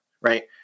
right